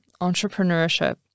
entrepreneurship